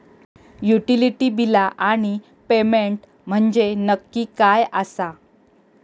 Utility बिला आणि payment म्हंजे नक्की काय आसा?